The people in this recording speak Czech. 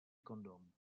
kondom